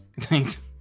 Thanks